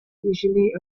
usually